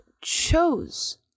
chose